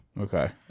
Okay